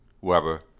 whoever